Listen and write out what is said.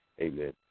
Amen